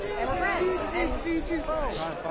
and we're friends. and boom!